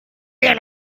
wir